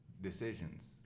decisions